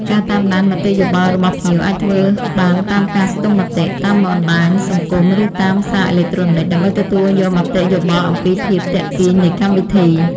ការតាមដានមតិយោបល់របស់ភ្ញៀវអាចធ្វើបានតាមការស្ទង់មតិ តាមបណ្ដាញសង្គម ឬតាមសារអេឡិចត្រូនិច ដើម្បីទទួលយកមតិយោបល់អំពីភាពទាក់ទាញនៃកម្មវិធី។